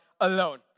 alone